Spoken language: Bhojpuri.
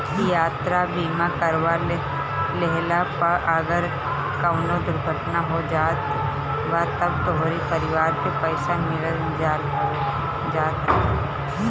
यात्रा बीमा करवा लेहला पअ अगर कवनो दुर्घटना हो जात बा तअ तोहरी परिवार के पईसा मिल जात हवे